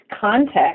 context